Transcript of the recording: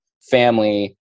family